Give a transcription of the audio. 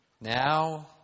now